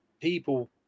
people